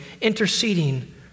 interceding